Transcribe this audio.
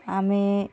ଆମେ